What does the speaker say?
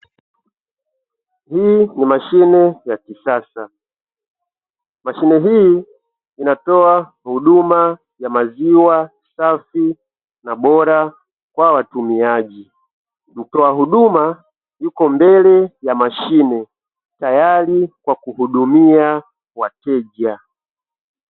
Hii ni mashine ya kisasa. Mashine hii inatoa huduma ya maziwa safi na bora kwa watumiaji. Mtoa huduma yuko mbele ya mashine tayari kwa kuhudumia wateja.